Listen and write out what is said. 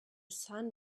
son